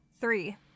Three